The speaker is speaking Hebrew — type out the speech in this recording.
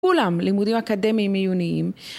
כולם לימודים אקדמיים עיוניים.